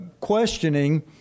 questioning